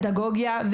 פדגוגיה,